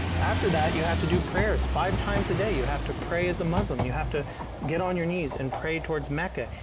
after that you have to do prayers five times day you have to pray as a muslim. you have to get on your knees and pray towards mecca.